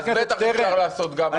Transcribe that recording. אז בטח אפשר לעשות גם הצעת חוק כזאת.